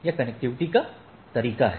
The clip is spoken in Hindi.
यह कनेक्टिविटी का तरीका है